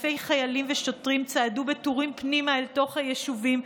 אלפי חיילים ושוטרים צעדו בטורים פנימה אל תוך היישובים,